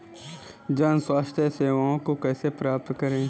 जन स्वास्थ्य सेवाओं को कैसे प्राप्त करें?